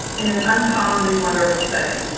in an uncommonly wonderful setting.